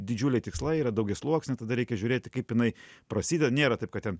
didžiuliai tikslai yra daugiasluoksniai tada reikia žiūrėti kaip jinai prasideda nėra taip kad ten